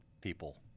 people